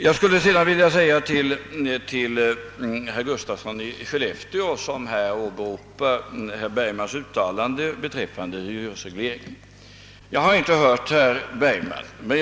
Jag skulle sedan vilja säga ett par ord till herr Gustafsson i Skellefteå, som åberopade herr Bergmans uttalande beträffande hyresregleringen. Jag åhörde inte herr Bergmans anförande.